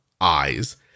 eyes